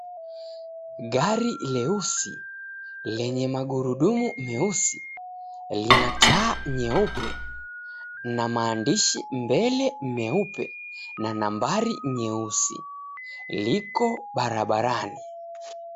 Gari leusi lenye magurudumu meusi lina taa nyeupe na maandishi mbele meupe na nambari nyeusi liko barabarani.